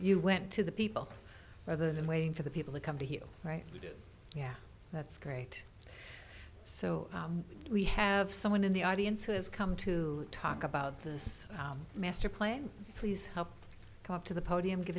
you went to the people rather than waiting for the people to come to hear right yeah that's great so we have someone in the audience who has come to talk about this master plan please help talk to the podium give